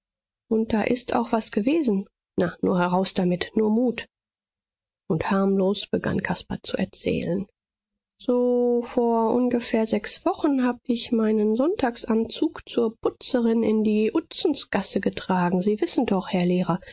und da ist auch was gewesen na nur heraus damit nur mut und harmlos begann caspar zu erzählen so vor ungefähr sechs wochen hab ich meinen sonntagsanzug zur putzerin in die uzensgasse getragen sie wissen doch herr lehrer